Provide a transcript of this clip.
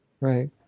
right